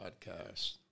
podcast